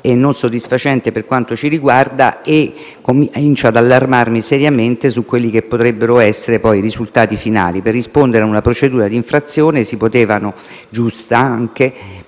e non soddisfacente per quanto ci riguarda e comincio ad allarmarmi seriamente rispetto a quelli che potrebbero essere i risultati finali. Per rispondere ad una procedura di infrazione, anche giusta,